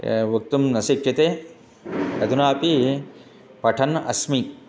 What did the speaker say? वक्तुं न शक्यते अधुनापि पठन् अस्मि